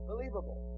Believable